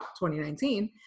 2019